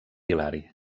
hilari